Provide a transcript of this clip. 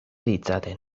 ditzaten